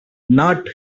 not